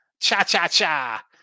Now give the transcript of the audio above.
Cha-cha-cha